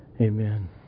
Amen